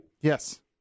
Yes